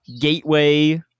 gateway